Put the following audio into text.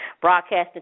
broadcasting